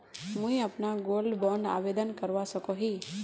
मुई अपना gold bond आवेदन करवा सकोहो ही?